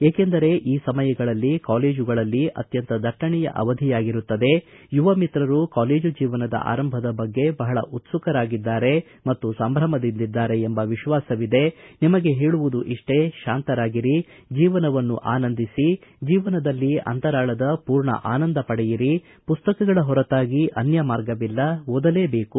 ಏಕೆಂದರೆ ಈ ಸಮಯಗಳಲ್ಲಿ ಕಾಲೇಜುಗಳಲ್ಲಿ ಅತ್ಯಂತ ದಟ್ಟಣೆಯ ಅವಧಿಯಾಗಿರುತ್ತದೆ ಯುವ ಮಿತ್ರರು ಕಾಲೆಜು ಜೀವನದ ಆರಂಭದ ಬಗ್ಗೆ ಬಹಳ ಉತ್ಸುಕರಾಗಿದ್ದಾರೆ ಮತ್ತು ಸಂಭ್ರಮದಿಂದಿದ್ದಾರೆ ಎಂಬ ವಿಶ್ವಾಸವಿದೆ ನಿಮಗೆ ಹೇಳುವುದು ಇಷ್ಟೇ ಶಾಂತರಾಗಿರಿ ಜೀವನವನ್ನು ಆನಂದಿಸಿ ಜೀವನದಲ್ಲಿ ಅಂತರಾಳದ ಪೂರ್ಣ ಆನಂದ ಪಡೆಯಿರಿ ಪುಸ್ತಕಗಳ ಹೊರತಾಗಿ ಅನ್ಯ ಮಾರ್ಗವಿಲ್ಲ ಓದಲೇಬೇಕು